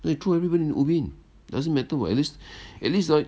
they throw everybody in ubin doesn't matter [what] at least at least uh